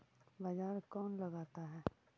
बाजार कौन लगाता है?